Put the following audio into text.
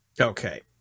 Okay